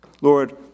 Lord